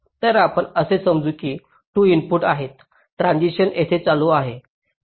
तर आपण असे समजू की येथे 2 इनपुट आहेत ट्रान्सिशन्स येथे चालू आहे